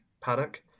paddock